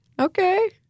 Okay